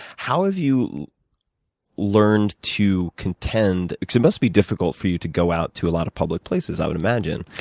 how have you learned to contend, because it must be difficult for you to go out to a lot of public places, i would imagine.